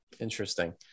interesting